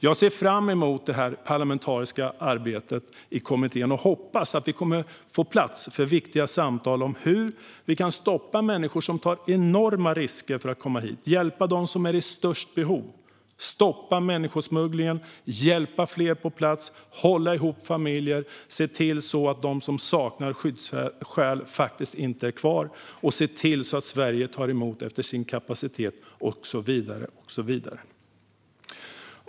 Jag ser fram emot det parlamentariska arbetet i kommittén och hoppas att det kommer att ges plats för viktiga samtal om hur vi kan stoppa människor som tar enorma risker för att komma hit, hjälpa dem som är i störst behov, stoppa människosmuggling, hjälpa fler på plats, hålla ihop familjer, se till så att de som saknar skyddsskäl faktiskt inte blir kvar, se till så att Sverige tar emot efter sin kapacitet och så vidare.